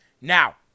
Now